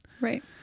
Right